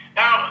now